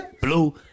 Blue